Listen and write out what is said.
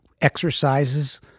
exercises